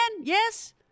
Yes